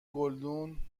گلدون